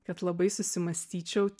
kad labai susimąstyčiau